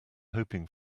hoping